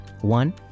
one